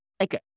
Okay